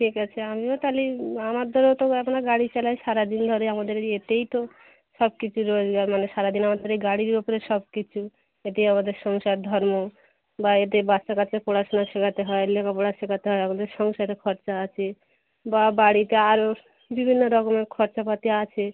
ঠিক আছে আমিও তালি আমার দাদা তো আপনার গাড়ি চালায় সারা দিন ধরে আমাদের এতেই তো সব কিছু রোজগার মানে সারা দিন আমাদের এই গাড়ির ওপরে সব কিছু এতেই আমাদের সংসার ধর্ম বা এতে বাচ্চা কাচ্চার পড়াশোনা শেখাতে হয় লেখাপড়া শেখাতে হয় আমাদের সংসারে খরচা আছে বা বাড়িতে আরো বিভিন্ন রকমের খরচাপাতি আছে